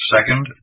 Second